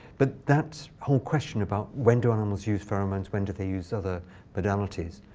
but that whole question about, when do animals use pheromones, when do they use other modalities,